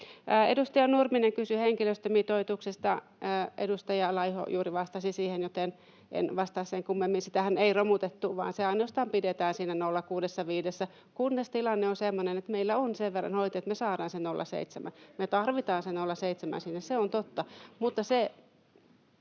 Edustaja Nurminen kysyi henkilöstömitoituksesta. Edustaja Laiho juuri vastasi siihen, joten en vastaa sen kummemmin. Sitähän ei romutettu, vaan se ainoastaan pidetään siinä 0,65:ssä, kunnes tilanne on semmoinen, että meillä on sen verran hoitajia, että me saadaan se 0,7. Me tarvitaan se 0,7 sinne, se on totta,